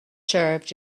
served